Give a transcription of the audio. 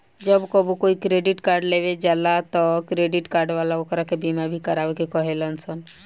जब कबो कोई क्रेडिट कार्ड लेवे जाला त क्रेडिट कार्ड वाला ओकरा के बीमा भी करावे के कहे लसन